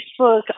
Facebook